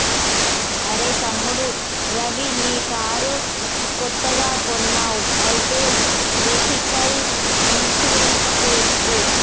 అరెయ్ తమ్ముడు రవి నీ కారు కొత్తగా కొన్నావ్ అయితే వెహికల్ ఇన్సూరెన్స్ చేసుకో